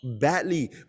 badly